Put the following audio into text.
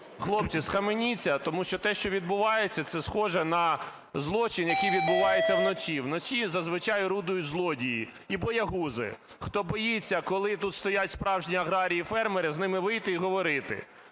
Хлопці, схаменіться, тому що те, що відбувається, це схоже на злочин, який відбувається вночі. Вночі зазвичай орудують злодії і боягузи, хто боїться, коли тут стоять справжні аграрії і фермери, вийти і з ними говорити.